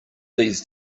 these